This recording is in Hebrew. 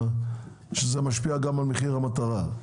שזה משפיע גם על מחיר המטרה.